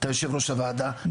אתה יושב ראש הוועדה,